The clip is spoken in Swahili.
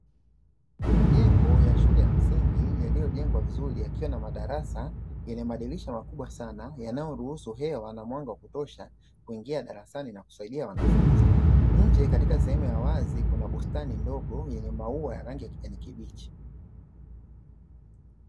Majengo ya shule ya msingi yaliyojengwa vizuri yakiwa na madarasa yenye madirisha makubwa sana yanayo ruhusu hewa na mwanga wa kutosha kuingia darasani nakusaidia wanafunzi. Nje katika sehemu ya wazi kwamba bustani ndogo yenye maua rangi ya kijani kibichi.